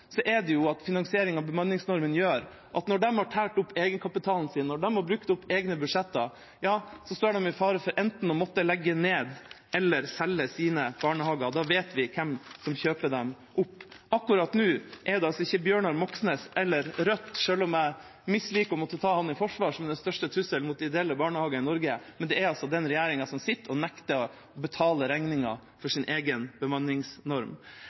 er det jo at finansieringen av bemanningsnormen gjør at når de har tært opp egenkapitalen sin, når de har brukt opp egne budsjetter, står de i fare for enten å måtte legge ned eller selge sine barnehager. Da vet vi hvem som kjøper dem opp. Akkurat nå er det ikke Bjørnar Moxnes eller Rødt – selv om jeg misliker å måtte ta ham i forsvar – som er den største trusselen mot ideelle barnehager i Norge. Det er den regjeringa som sitter, som nekter å betale regningen for sin egen bemanningsnorm.